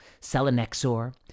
Selenexor